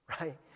right